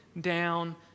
down